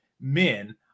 men